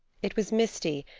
it was misty,